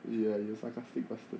ya you sarcastic bastard